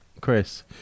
Chris